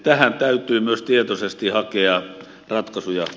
tähän täytyy myös tietoisesti hakea ratkai suja